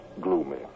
gloomy